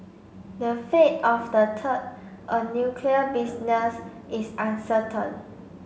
the fate of the third a nuclear business is uncertain